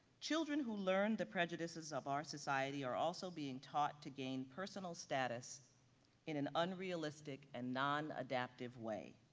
children who learned the prejudices of our society are also being taught to gain personal status in an unrealistic and non adaptive way.